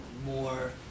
more